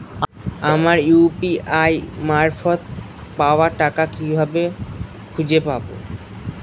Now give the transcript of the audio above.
আমার ইউ.পি.আই মারফত পাওয়া টাকা কিভাবে খুঁজে পাব?